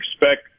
expect